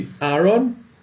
Aaron